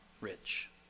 rich